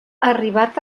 arribat